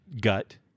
gut